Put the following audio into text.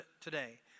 today